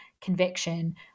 conviction